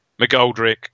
McGoldrick